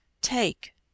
Take